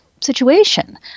situation